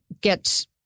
get